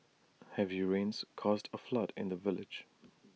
heavy rains caused A flood in the village